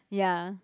ya